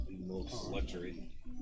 luxury